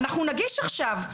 אנחנו נגיש עכשיו,